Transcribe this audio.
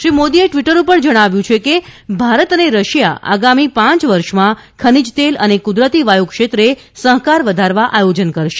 શ્રી મોદીએ ટ્વીટર પર જણાવ્યું કે ભારત અને રશિયા અગામી પાંચ વર્ષમાં ખનીજ તેલ અને કુદરતી વાયુ ક્ષેત્રે સહકાર વધારવા આયોજન કરશે